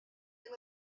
est